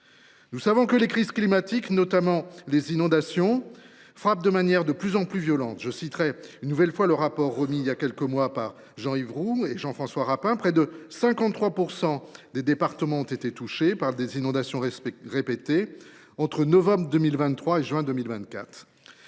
Nous savons que les crises climatiques, notamment les inondations, frappent de manière de plus en plus violente. Je citerai une nouvelle fois le rapport d’information remis il y a quelques mois par Jean Yves Roux et Jean François Rapin : près de 53 % des départements ont été touchés par des inondations répétées entre novembre 2023 et juin 2024.